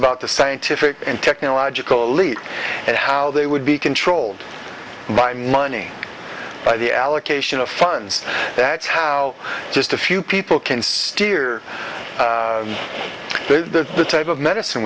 about the scientific and technological elite and how they would be controlled by money by the allocation of funds that's how just a few people can steer the type of medicine